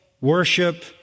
worship